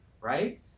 right